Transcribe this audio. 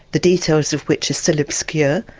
the details of which are still obscure.